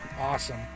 awesome